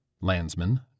Landsman